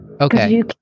Okay